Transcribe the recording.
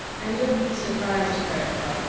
and don't be surprised, greta girl,